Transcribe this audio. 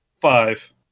Five